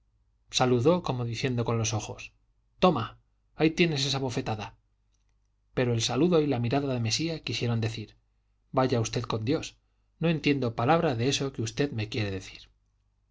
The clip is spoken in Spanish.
saludó como diciendo con los ojos toma ahí tienes esa bofetada pero el saludo y la mirada de mesía quisieron decir vaya usted con dios no entiendo palabra de eso que usted me quiere decir